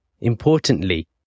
importantly